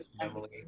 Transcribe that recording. family